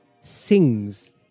sings